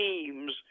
teams